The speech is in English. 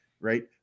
Right